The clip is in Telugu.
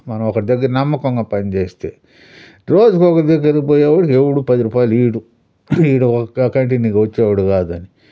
మనం ఒక దగ్గర నమ్మకంగా పనిచేస్తే రోజుకి ఒకరి దగ్గరకి పోయేవాడు ఎవడు పది రూపాయిలు ఇయ్యడు ఈడు ఒక్క కంటిన్యూగా వచ్చేవాడు కాదని